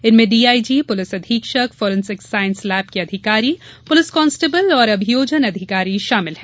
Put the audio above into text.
इनमें DIG police अधीक्षक forensic science lab के अधिकारी पुलिस कांस्टेबल और अभियोजन अधिकारी शामिल हैं